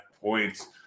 points